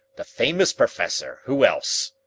the famous professor, who else.